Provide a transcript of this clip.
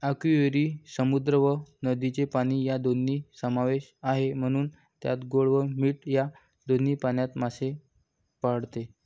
आस्कियुरी समुद्र व नदीचे पाणी या दोन्ही समावेश आहे, म्हणून त्यात गोड व मीठ या दोन्ही पाण्यात मासे पाळते